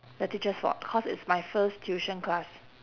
the teacher's fault cause it's my first tuition class